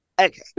Okay